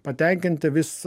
patenkinti vis